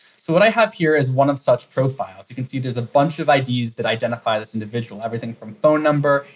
so what i have here is one of such profiles. you can see there's a bunch of ids that identify this individual. everything from phone number,